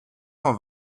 cent